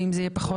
ואם זה יהיה פחות,